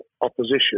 opposition